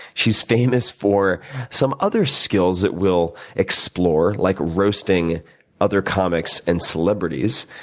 she's famous for some other skills that we'll explore, like roasting other comics and celebrities.